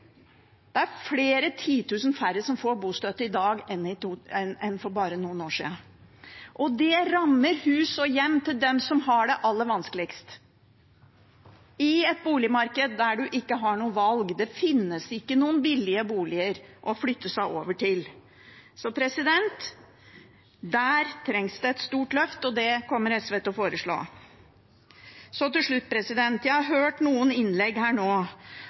Det er flere titusener færre som får bostøtte i dag enn for bare noen år siden. Det rammer huset og hjemmet til dem som har det aller vanskeligst, i et boligmarked der en ikke har noe valg – det finnes ikke noen billige boliger å flytte til. Så der trengs det et stort løft, og det kommer SV til å foreslå. Til slutt: Jeg har hørt noen innlegg her nå